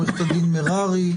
עו"ד מררי,